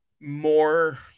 more